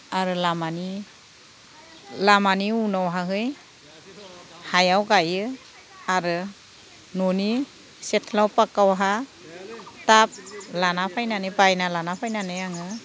आरो लामानि उनावहाय हायाव गायो आरो न'नि सिथ्लायाव पाक्कायावहा ताब लाना फैनानै बायना लाना फैनानै आङो